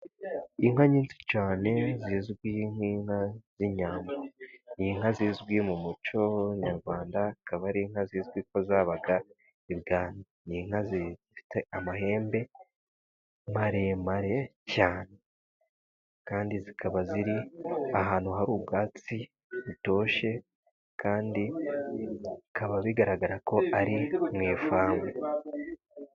Inka nyinshi cyane zizwi nk'inka z'inyambo. Ni inka zizwi mu muco w'abanyarwanda akaba ari inka zizwi ko zabaga inka zifite amahembe maremare cyane. Kandi zikaba ziri ahantu hari ubwatsi butoshye, kandi bikaba bigaragara ko ari mu ifamu.